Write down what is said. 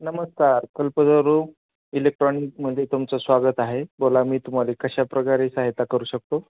नमस्कार कल्पतरू इलेक्ट्रॉनिकमध्ये तुमचं स्वागत आहे बोला मी तुम्हाला कशा प्रकारे सहायता करू शकतो